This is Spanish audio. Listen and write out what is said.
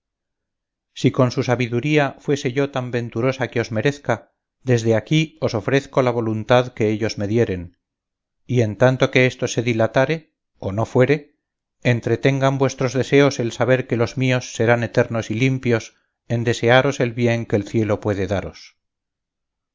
si con su sabiduría fuere yo tan venturosa que os merezca desde aquí os ofrezco la voluntad que ellos me dieren y en tanto que esto se dilatare o no fuere entretengan vuestros deseos el saber que los míos serán eternos y limpios en desearos el bien que el cielo puede daros